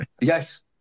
Yes